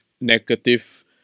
Negative